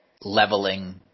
leveling